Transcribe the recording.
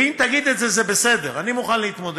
ואם תגיד את זה, זה בסדר, אני מוכן להתמודד,